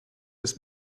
des